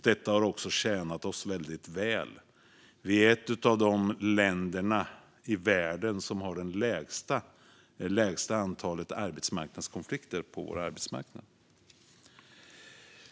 Det har tjänat oss väldigt väl - vi är ett av de länder i världen som har det lägsta antalet konflikter på arbetsmarknaden.